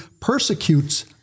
persecutes